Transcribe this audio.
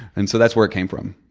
and so that's where it came from.